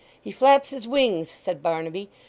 he flaps his wings said barnaby,